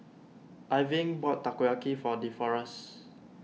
Irving bought Takoyaki for Deforest